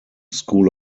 school